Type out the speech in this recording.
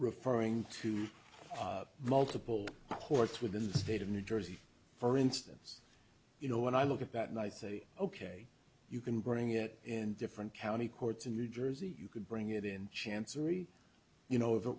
referring to multiple courts within the state of new jersey for instance you know when i look at that and i think ok you can bring it in different county courts in new jersey you could bring it in chancery you know if it